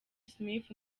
smith